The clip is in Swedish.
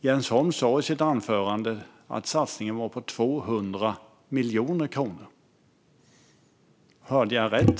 Jens Holm sa i sitt anförande att satsningen var på 200 miljoner kronor. Hörde jag rätt?